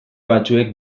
batzuek